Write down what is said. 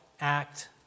act